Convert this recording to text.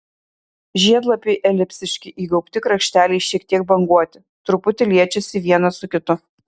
žiedlapiai elipsiški įgaubti krašteliai šiek tiek banguoti truputį liečiasi vienas su kitu